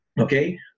okay